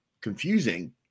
confusing